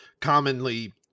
commonly